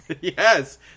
yes